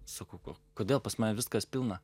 sakau o kodėl pas mane viskas pilna